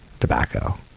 tobacco